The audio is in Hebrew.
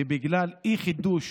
ובגלל אי-חידוש